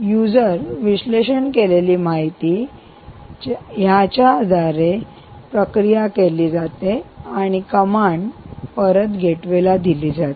user विश्लेषण केलेली माहिती आणि या माहितीच्या आधारावर प्रक्रिया केली जाते आणि आज्ञा परत गेटवेला दिली जाते